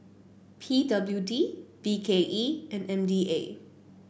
P W D B K E and M D A